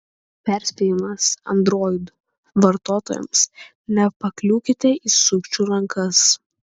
perspėjimas android vartotojams nepakliūkite į sukčių rankas